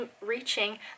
reaching